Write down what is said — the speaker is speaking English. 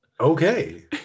Okay